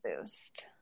boost